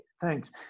thanks